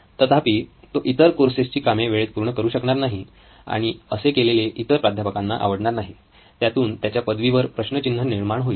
तथापि तो इतर कोर्सेसची कामे वेळेत पूर्ण करू शकणार नाही आणि असे केलेले इतर प्राध्यापकांना आवडणार नाही त्यातून त्याच्या पदवीवर प्रश्नचिन्ह निर्माण होईल